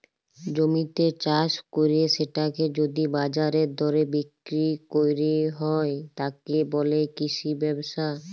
জমিতে চাস কইরে সেটাকে যদি বাজারের দরে বিক্রি কইর হয়, তাকে বলে কৃষি ব্যবসা